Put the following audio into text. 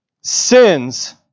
sins